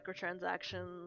microtransactions